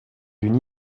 d’une